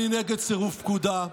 אני נגד סירוב פקודה.